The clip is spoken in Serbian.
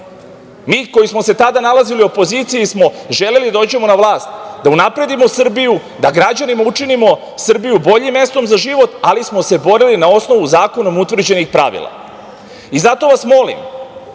Mi koji smo se tada nalazili u opoziciji smo želeli da dođemo na vlast, da unapredimo Srbiju, da građanima učinimo Srbiju boljim mestom za život, ali smo se borili na osnovu zakonom utvrđenih pravila. Zato vas molim,